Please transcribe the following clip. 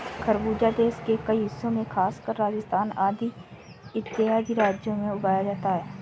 खरबूजा देश के कई हिस्सों में खासकर राजस्थान इत्यादि राज्यों में उगाया जाता है